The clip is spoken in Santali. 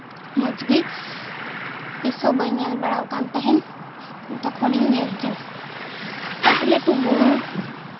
ᱢᱚᱸᱡᱽ ᱜᱮ ᱛᱤᱥᱦᱚᱸ ᱵᱟᱹᱧ ᱧᱮᱞ ᱵᱟᱲᱟ ᱟᱠᱟᱱ ᱛᱟᱸᱦᱮᱫ ᱛᱚᱠᱷᱚᱱ ᱤᱧ ᱧᱮᱞ ᱠᱮᱫᱟ ᱞᱟᱹᱴᱩ ᱞᱟᱹᱴᱩ ᱵᱩᱨᱩ